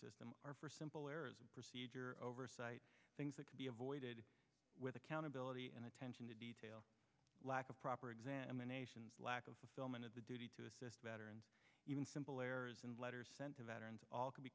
system are for simple errors of procedure oversight things that can be avoided with accountability and attention to detail lack of proper examination lack of film and of the duty to assist veterans even simple errors and letters sent to veterans all can be